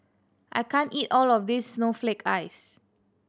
I can't eat all of this snowflake ice